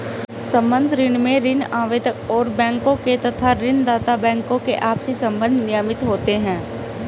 संबद्ध ऋण में ऋण आवेदक और बैंकों के तथा ऋण दाता बैंकों के आपसी संबंध नियमित होते हैं